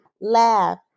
laugh